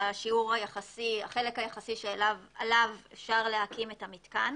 היחסי שעליו אפשר להקים את המתקן